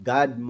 God